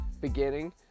beginning